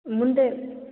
ಮುಂದೆ